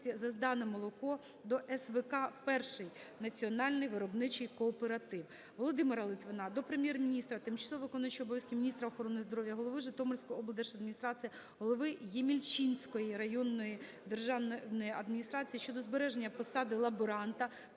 за здане молоко до СВК "Перший національний виробничий кооператив". Володимира Литвина до Прем'єр-міністра, тимчасово виконуючої обов'язки міністра охорони здоров'я, голови Житомирської облдержадміністрації, Голови Ємільчинської районної державної адміністрації щодо збереження посади лаборанта